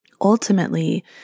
ultimately